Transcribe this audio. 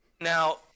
now